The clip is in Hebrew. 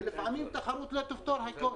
ולפעמים תחרות לא תפתור הכול.